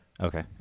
Okay